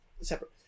separate